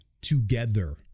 together